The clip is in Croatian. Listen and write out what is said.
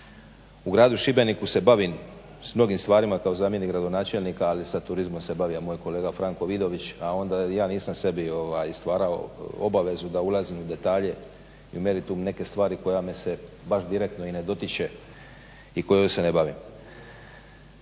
U gradu Šibeniku se bavim s mnogim stvarima kao zamjenik gradonačelnika ali sa turizmom se bavio moj kolega Franko Vidović, a onda ja nisam sebi stvarao obavezu da ulazim u detalje i u meritum neke stvari koja me se baš direktno i ne dotiče i kojom se ne bavim.